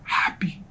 happy